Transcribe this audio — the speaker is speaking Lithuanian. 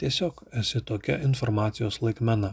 tiesiog esi tokia informacijos laikmena